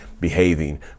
behaving